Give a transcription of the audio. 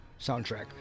soundtrack